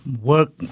work